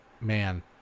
man